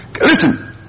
Listen